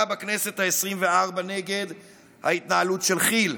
בכנסת העשרים-וארבע נגד ההתנהלות של כי"ל.